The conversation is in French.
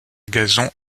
gazon